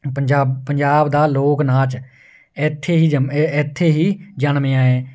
ਪੰਜਾਬ ਪੰਜਾਬ ਦਾ ਲੋਕ ਨਾਚ ਇੱਥੇ ਹੀ ਜਮ ਇੱਥੇ ਹੀ ਜਨਮਿਆ ਹੈ